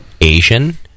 Asian